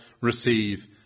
receive